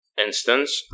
instance